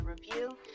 review